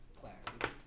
Classic